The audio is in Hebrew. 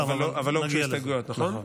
אבל לא הוגשו הסתייגויות, נכון?